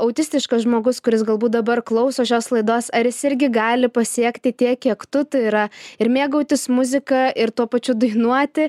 autistiškas žmogus kuris galbūt dabar klauso šios laidos ar jis irgi gali pasiekti tiek kiek tu tai yra ir mėgautis muzika ir tuo pačiu dainuoti